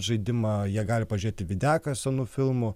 žaidimą jie gali pažėti vidiaką senų filmų